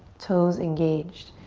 toes engaged.